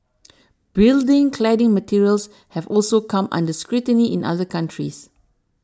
building cladding materials have also come under scrutiny in other countries